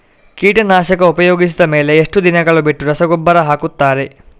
ಕೀಟನಾಶಕ ಉಪಯೋಗಿಸಿದ ಮೇಲೆ ಎಷ್ಟು ದಿನಗಳು ಬಿಟ್ಟು ರಸಗೊಬ್ಬರ ಹಾಕುತ್ತಾರೆ?